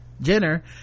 Jenner